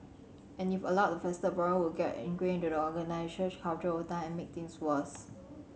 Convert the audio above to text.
and if allowed to fester the problem would get ingrained the organisational culture over time and make things worse